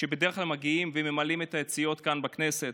שבדרך כלל מגיעים וממלאים את היציעים כאן בכנסת,